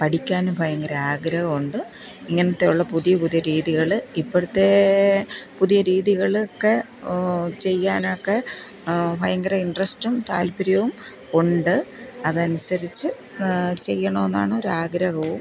പഠിക്കാനും ഭയങ്കര ആഗ്രഹമുണ്ട് ഇങ്ങനെത്തെ ഉള്ള പുതിയ പുതിയ രീതികൾ ഇപ്പോഴത്തെ പുതിയ രീതികള് ഒക്കെ ചെയ്യാനൊക്കെ ഭയങ്കര ഇന്ട്രെസ്റ്റും താല്പ്പര്യവും ഉണ്ട് അതനുസരിച്ച് ചെയ്യണം എന്നാണ് ഒരു ആഗ്രഹവും